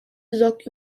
besorgt